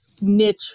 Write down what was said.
niche